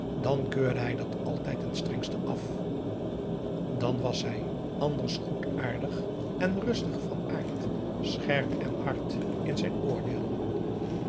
dan keurde hij dat altijd ten strengste af dan was hij anders goedaardig en rustig van aard scherp en hard in zijn oordeel